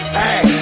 hey